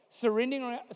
surrendering